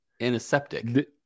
antiseptic